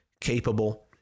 capable